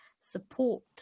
support